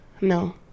No